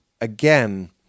again